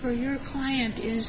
for your client is